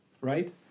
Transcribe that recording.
Right